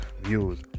views